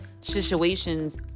situations